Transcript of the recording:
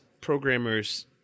programmers